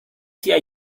sia